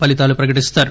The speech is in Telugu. ఫలీతాలు ప్రకటిస్తారు